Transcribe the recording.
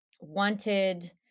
wanted